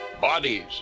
Bodies